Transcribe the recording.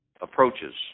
approaches